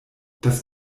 das